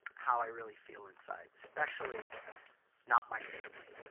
how i really feel inside especially not my family.